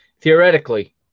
theoretically